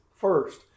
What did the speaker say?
first